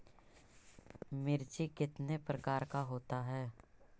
मिर्ची कितने प्रकार का होता है?